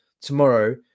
tomorrow